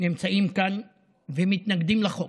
נמצאים כאן ומתנגדים לחוק.